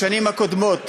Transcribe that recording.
בשנים הקודמות